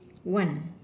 one